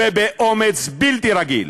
ובאומץ בלתי רגיל